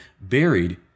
buried